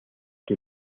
que